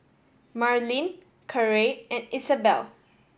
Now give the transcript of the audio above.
Marylyn Carey and Isabelle